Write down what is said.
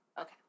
Okay